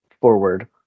forward